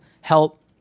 help